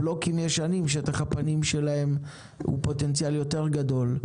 בלוקים ישנים שטח הפנים שלהם הוא עם פוטנציאל יותר גדול.